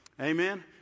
Amen